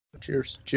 Cheers